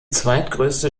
zweitgrößte